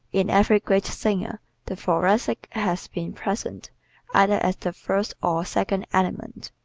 in every great singer the thoracic has been present either as the first or second element.